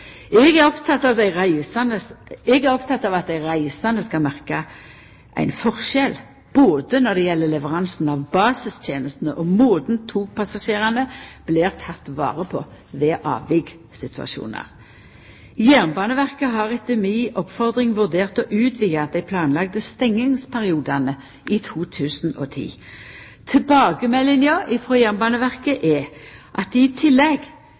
Eg er utolmodig på jernbanen sine vegner. Eg er oppteken av at dei reisande skal merka ein forskjell, både når det gjeld leveransen av basistenestene og måten togpassasjerane blir tekne vare på ved avvikssituasjonar. Jernbaneverket har etter mi oppfordring vurdert å utvida dei planlagde stengingsperiodane i 2010. Tilbakemeldinga frå Jernbaneverket er at dei i tillegg